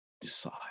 decide